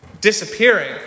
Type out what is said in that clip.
disappearing